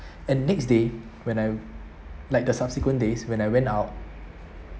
and next day when I like the subsequent days when I went out